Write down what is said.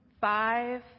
Five